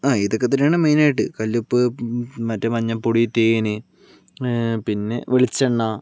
ആ ഇതൊക്കെ തന്നെയാണ് മെയിൻ ആയിട്ട് കല്ലുപ്പ് മറ്റേ മഞ്ഞൾപ്പൊടി തേൻ പിന്നെ വെളിച്ചെണ്ണ